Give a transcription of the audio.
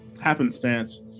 happenstance